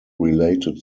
related